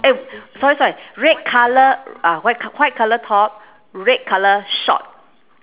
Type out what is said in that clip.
eh sorry sorry red colour uh white c~ white colour top red colour short